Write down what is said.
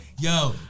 Yo